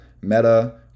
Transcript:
Meta